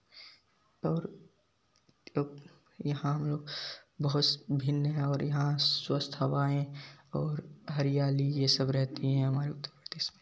और यहाँ हम लोग बहुत भिन्न है और यहाँ स्वस्थ हवाएँ और हरियाली यह सब रहती हैं हमारे उत्तरप्रदेश में